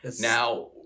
Now